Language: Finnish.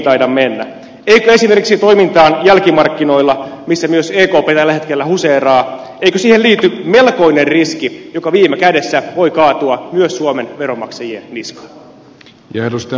eikö esimerkiksi toimintaan jälkimarkkinoilla missä myös ekp tällä hetkellä huseeraa liity melkoinen riski joka viime kädessä voi kaatua myös suomen veronmaksajien niskaan